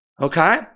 Okay